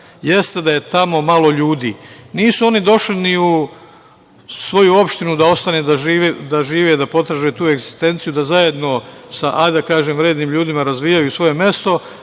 jeste da je tamo malo ljudi. Nisu oni došli ni u svoju opštinu da ostanu da žive, da potraže tu egzistenciju, nego da zajedno sa vrednim ljudima razvijaju svoje mesto,